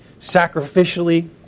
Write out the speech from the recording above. sacrificially